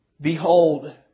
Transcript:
Behold